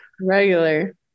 Regular